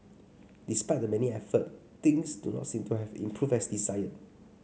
despite the many effort things do not seem to have improved as desired